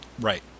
Right